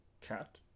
Cat